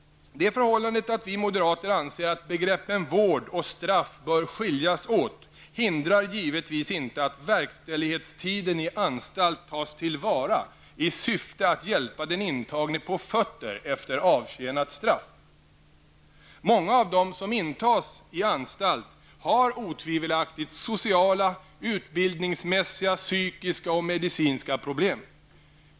Det förhållandet att vi moderater anser att begreppen vård och straff bör skiljas åt hindrar givetvis inte att vi tycker att det är viktigt att verkställighetstiden i anstalt tas till vara i syfte att hjälpa den intagne på fötter efter avtjänat straff. Många av dem som intas i anstalt har otvivelaktigt sociala, utbildningsmässiga, psykiska och medicinska problem.